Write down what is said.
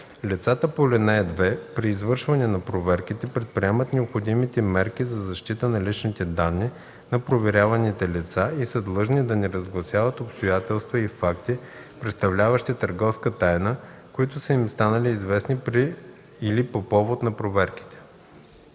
Лицата по ал. 2 при извършване на проверките предприемат необходимите мерки за защита на личните данни на проверяваните лица и са длъжни да не разгласяват обстоятелства и факти, представляващи търговска тайна, които са им станали известни при или по повод на проверките.”